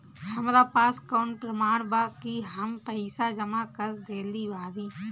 हमरा पास कौन प्रमाण बा कि हम पईसा जमा कर देली बारी?